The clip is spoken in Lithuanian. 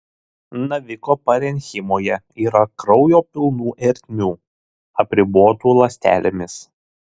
naviko parenchimoje yra kraujo pilnų ertmių apribotų ląstelėmis